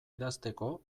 idazteko